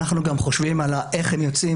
אנחנו גם חושבים איך הם יוצאים,